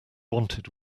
wanted